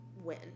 win